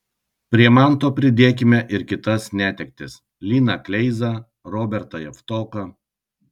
prie manto pridėkime ir kitas netektis liną kleizą robertą javtoką